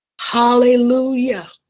Hallelujah